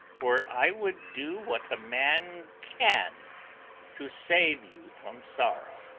for i would do what a man can to save you from sorrow.